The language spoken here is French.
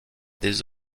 des